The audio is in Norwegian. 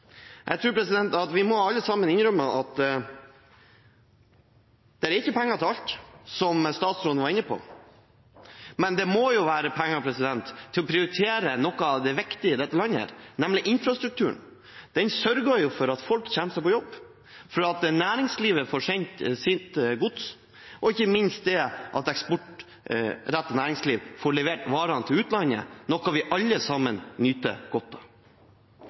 statsråden var inne på. Men det må jo være penger til å prioritere noe av det viktige i dette landet, nemlig infrastrukturen. Den sørger for at folk kommer seg på jobb, for at næringslivet får sendt sitt gods, og ikke minst for at eksportrettet næringsliv får levert varene til utlandet, noe vi alle sammen nyter godt av.